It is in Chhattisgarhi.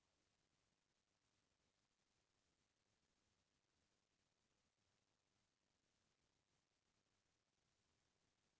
अगले अलग किसम के रोटावेटर के सेती खेती के बूता हर बने सहोल्लत होगे हे